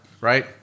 right